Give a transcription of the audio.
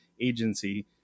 agency